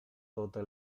tote